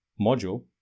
module